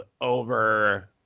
over